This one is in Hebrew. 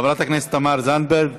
חברת הכנסת תמר זנדברג,